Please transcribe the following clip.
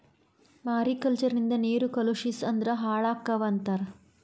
mariculture ನಿಂದ ನೇರು ಕಲುಷಿಸ ಅಂದ್ರ ಹಾಳಕ್ಕಾವ ಅಂತಾರ